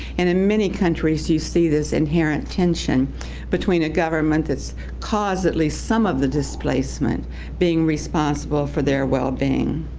and in many countries you see this inherent tension between a government that's caused at least some of the displacement being responsible for their well being.